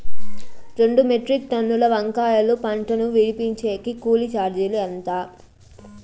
రెండు మెట్రిక్ టన్నుల వంకాయల పంట ను విడిపించేకి కూలీ చార్జీలు ఎంత?